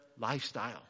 lifestyle